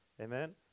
Amen